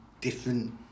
different